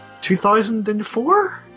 2004